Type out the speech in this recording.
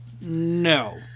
no